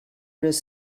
does